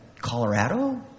Colorado